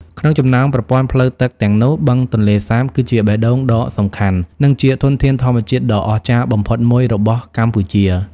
ក្នុងចំណោមប្រព័ន្ធផ្លូវទឹកទាំងនោះ បឹងទន្លេសាប គឺជាបេះដូងដ៏សំខាន់ និងជាធនធានធម្មជាតិដ៏អស្ចារ្យបំផុតមួយរបស់កម្ពុជា។